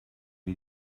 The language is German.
wie